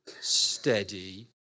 steady